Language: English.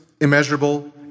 immeasurable